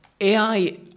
AI